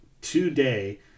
today